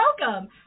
welcome